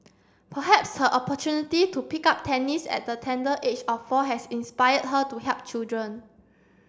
perhaps her opportunity to pick up tennis at the tender age of four has inspired her to help children